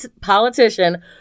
politician